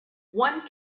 one